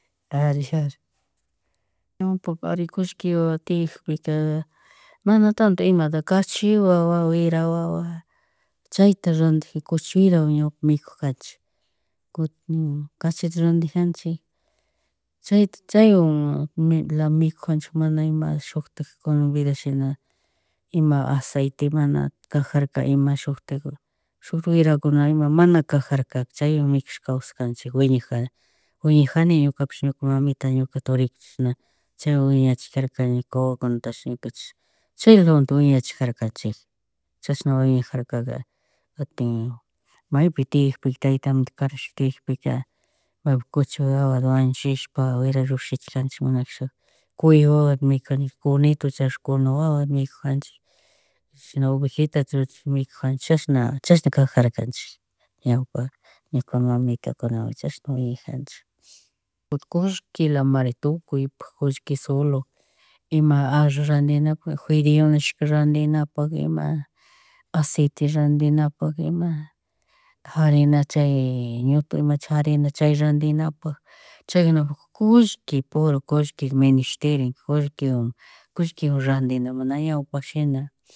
Tarishash, ñawpaka ari cushki wawa tiyakpika, mana tantota imata kachiwawa, wirawawa, chayta randijika, cuchi wirawan ñuka mikujanchi, kutin, kachita randijanchik chayta, caywan, mikujanchik mana ima shutik kunan vida shina ima aceita, mana kajarka, ima shuktik, shuk wirakuna ima mana kajarka chay mikush kawsajanchik wiñaja winajani ñukapish ñuka mamita, ñuka turi chashna chaywan winachikarka ñuka wawakunatashi ñuka chishna chaylawantin wiñachijarkanchikj chashnami winajarkaka kutin maypi tiyakpika tayta amitu karash tiyakpika paypuk cuchi wawata wañuchishpa wira llushichijanchik, mana kashaka cuye wawata mikunjanika, kunito, charish, kunu wawata mikujanchik, shina ovejitata, llluchush mikujanchik, chashna kajarkanchik, ñawpa, ñuka mamika chashana wiñajanchik. Kutin kullkilamari, tukuypak kusllki solo, ima arroz randinapuk, juedeyo nishka randinapak, ima aceita randinapak, ima harina chay ñutu imachi harina, chay daninapak, chaykunapak kullki puro, kullki minishterin, kullkiwan kullkiwan randina mana ñawpa shina